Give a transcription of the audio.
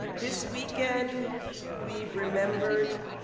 this weekend we've remembered,